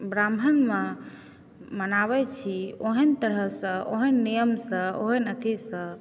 ब्राम्हणमे मनाबै छी ओहन तरहसँ ओहन नियमसँ ओहन एथीसँ